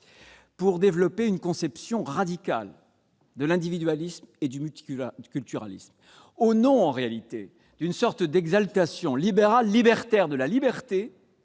pour développer une conception radicale de l'individualisme et du multiculturalisme. Au nom, en réalité, d'une sorte d'exaltation libérale libertaire de la liberté,